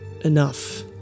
enough